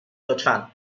لطفا